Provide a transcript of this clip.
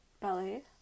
ballet